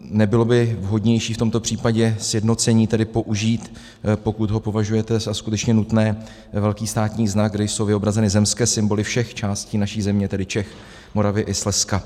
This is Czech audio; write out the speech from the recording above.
Nebylo by vhodnější v tomto případě sjednocení použít, pokud ho považujete za skutečně nutné, velký státní znak, kde jsou vyobrazeny zemské symboly všech částí naší země, tedy Čech, Moravy i Slezska?